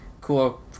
Cool